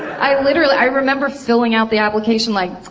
i literally, i remember filling out the application like,